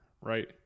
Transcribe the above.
right